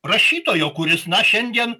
rašytojo kuris na šiandien